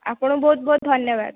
ଆପଣଙ୍କୁ ବହୁତ ବହୁତ ଧନ୍ୟବାଦ